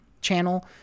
channel